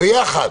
ביחד